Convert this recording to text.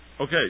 Okay